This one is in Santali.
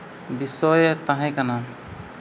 ᱵᱤᱥᱚᱭ ᱛᱟᱦᱮᱸ ᱠᱟᱱᱟ